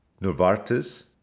Novartis